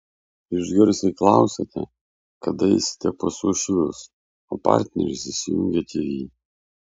jūs garsiai klausiate kada eisite pas uošvius o partneris įsijungia tv